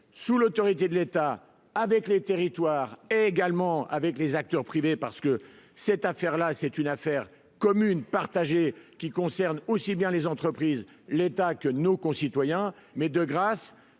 sous l'autorité de l'État avec les territoires également avec les acteurs privés parce que cette affaire-là, c'est une affaire commune partagée qui concerne aussi bien les entreprises l'État que nos concitoyens, mais de grâce,